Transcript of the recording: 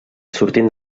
sortint